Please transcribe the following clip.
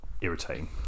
irritating